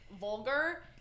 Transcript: vulgar